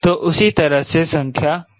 तो उसी तरह से संख्या का चयन करें